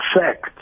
fact